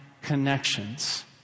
connections